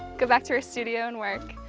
go back to our studio and work.